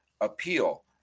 appeal